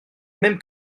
même